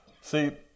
see